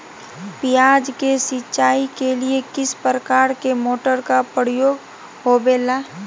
प्याज के सिंचाई के लिए किस प्रकार के मोटर का प्रयोग होवेला?